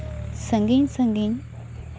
ᱥᱟᱺᱜᱤᱧ ᱥᱟᱺᱜᱤᱧ